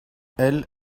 elles